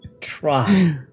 Try